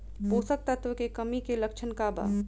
पोषक तत्व के कमी के लक्षण का वा?